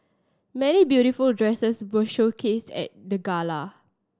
many beautiful dresses were showcased at the gala